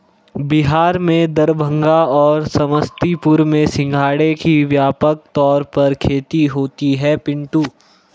बिहार में दरभंगा और समस्तीपुर में सिंघाड़े की व्यापक तौर पर खेती होती है पिंटू